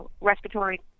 respiratory